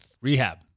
Rehab